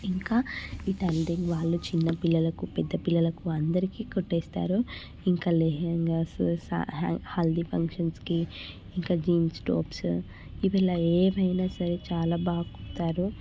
ఇంకా ఈ టైలరింగ్ వాళ్ళు చిన్న పిల్లలకు పెద్ద పిల్లలకు అందరికీ కుట్టేస్తారు ఇంకా లెహంగాస్ హల్దీ ఫంక్షన్స్కి ఇంకా జీన్స్ టాప్స్ ఇవి ఇలా ఏవైనా సరే చాలా బాగా కుడతారు